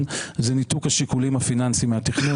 זה ניתוק השיקולים הפיננסיים מהתכנון.